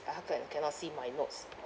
uh how come I cannot see my notes